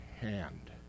hand